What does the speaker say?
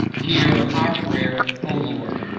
hear our prayer, o lord.